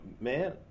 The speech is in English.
Man